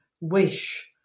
wish